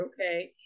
okay